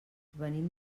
venim